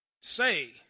say